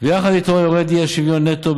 ויחד איתו יורד האי-שוויון נטו.